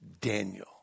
Daniel